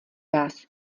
vás